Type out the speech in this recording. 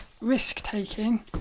risk-taking